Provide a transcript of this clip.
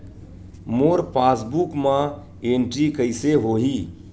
मोर passbook मा entry कइसे होही?